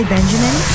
Benjamin